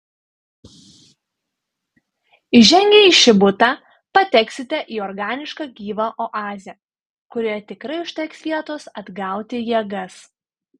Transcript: įžengę į šį butą pateksite į organišką gyvą oazę kurioje tikrai užteks vietos atgauti jėgas